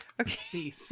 Okay